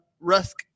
Rusk